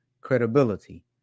credibility